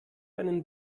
einen